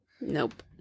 Nope